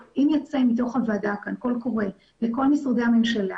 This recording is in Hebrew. אם ייצא מתוך הוועדה כאן קול קורא לכל משרדי הממשלה